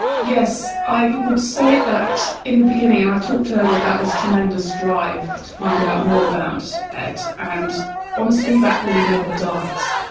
yes, i would say that in the beginning, and i talked earlier about this tremendous drive to find out more about ed, and honestly that really never dies.